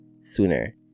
sooner